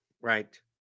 right